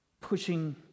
pushing